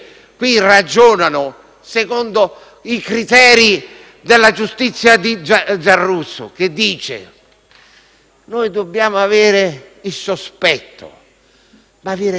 secondo i criteri della giustizia di Giarrusso, che dice che dobbiamo avere il «sospetto». Ma vi rendete conto?